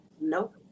Nope